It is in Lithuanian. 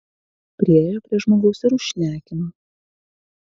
priėjo prie žmogaus ir užšnekino